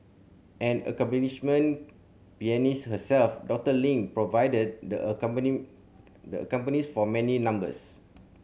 an accomplishment pianist herself Doctor Ling provided the accompany the accompanies for many numbers